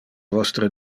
vostre